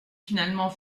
finalement